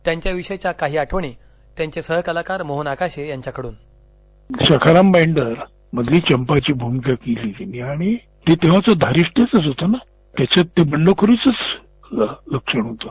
त्यांच्या विषयीच्या काही आठवणी त्यांचे सहकलाकार मोहन आगाशे यांच्याकडून सखाराम बाइंडर मधील चंपाची भूमिका तिने केली आणि ते त्यावेळच तिचं धारिष्ट्य होतं ना त्याच्यात ते बंडखोरीचंच लक्षण होतं